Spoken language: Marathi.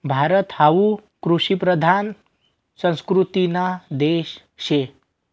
भारत हावू कृषिप्रधान संस्कृतीना देश शे